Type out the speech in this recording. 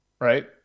right